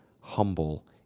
humble